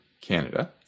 Canada